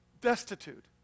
destitute